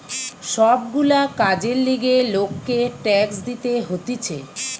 সব গুলা কাজের লিগে লোককে ট্যাক্স দিতে হতিছে